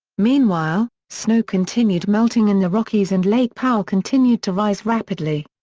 meanwhile, snow continued melting in the rockies and lake powell continued to rise rapidly.